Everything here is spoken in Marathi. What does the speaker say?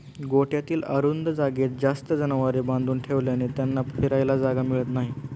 गोठ्यातील अरुंद जागेत जास्त जनावरे बांधून ठेवल्याने त्यांना फिरायला जागा मिळत नाही